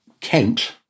Kent